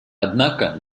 однако